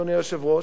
אדוני היושב-ראש,